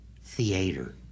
theater